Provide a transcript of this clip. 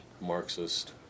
Marxist